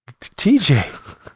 TJ